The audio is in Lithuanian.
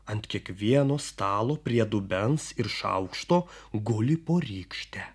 ant kiekvieno stalo prie dubens ir šaukšto guli po rykštę